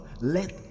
Let